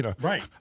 Right